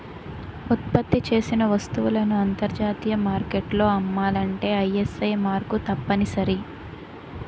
ఉత్పత్తి చేసిన వస్తువులను అంతర్జాతీయ మార్కెట్లో అమ్మాలంటే ఐఎస్ఐ మార్కు తప్పనిసరి